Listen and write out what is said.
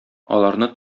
аларны